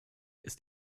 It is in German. ist